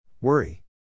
Worry